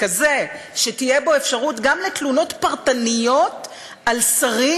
כזה שתהיה בו אפשרות גם לתלונות פרטניות על שרים,